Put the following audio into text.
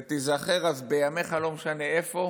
ותיזכר אז בימיך", לא משנה איפה,